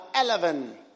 eleven